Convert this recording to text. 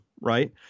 right